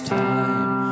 time